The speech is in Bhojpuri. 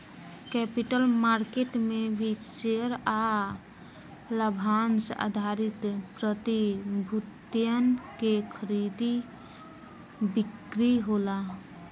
कैपिटल मार्केट में भी शेयर आ लाभांस आधारित प्रतिभूतियन के खरीदा बिक्री होला